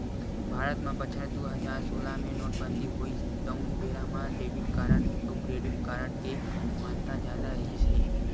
भारत म बछर दू हजार सोलह मे नोटबंदी होइस तउन बेरा म डेबिट कारड अउ क्रेडिट कारड के महत्ता जादा रिहिस हे